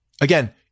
Again